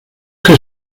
que